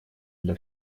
для